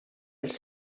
els